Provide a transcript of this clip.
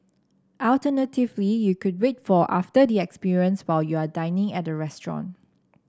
alternatively you could wait for after the experience while you are dining at the restaurant